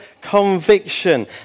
conviction